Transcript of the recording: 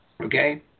Okay